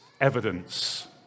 evidence